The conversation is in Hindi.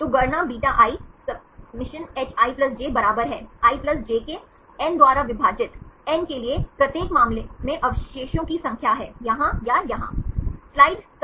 तो गणना βi Σhij बराबर है i j के n द्वारा विभाजित n के लिए प्रत्येक मामले में अवशेषों की संख्या है यहां या यहां